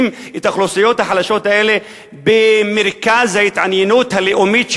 את האוכלוסיות החלשות האלה במרכז ההתעניינות הלאומית שלה,